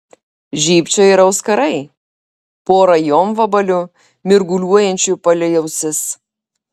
žybčiojo ir auskarai pora jonvabalių mirguliuojančių palei ausis